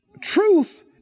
truth